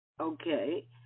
Okay